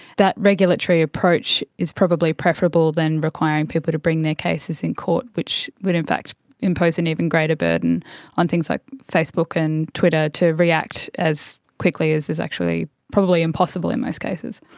that regulatory approach is probably preferable than requiring people to bring their cases in court, which would in fact impose an even greater burden on things like facebook and twitter to react as quickly as is actually probably impossible in most cases.